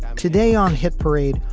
today on hit parade,